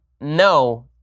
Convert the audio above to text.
No